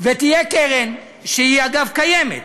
ותהיה קרן, שהיא אגב קיימת,